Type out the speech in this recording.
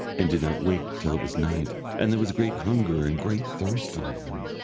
and did not wake till it was night, and there was great hunger and great thirst on him.